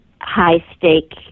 high-stake